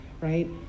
right